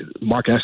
Mark